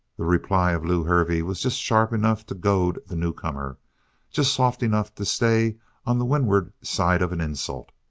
the reply of lew hervey was just sharp enough to goad the newcomer just soft enough to stay on the windward side of an insult.